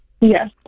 Yes